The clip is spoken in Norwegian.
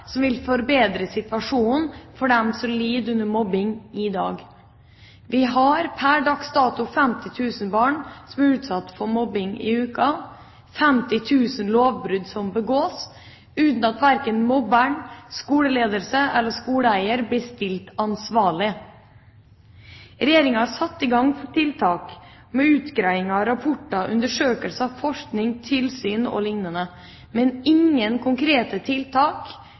som vil forbedre situasjonen for dem som lider under mobbing i dag. Vi har pr. dags dato 50 000 barn som blir utsatt for mobbing hver uke – 50 000 lovbrudd som begås – uten at verken mobberen, skoleledelse eller skoleeier blir stilt til ansvar. Regjeringa har satt i gang tiltak – utgreiinger, rapporter, undersøkelser, forskning, tilsyn o.l. Men ingen konkrete tiltak